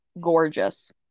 gorgeous